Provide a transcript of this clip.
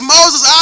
Moses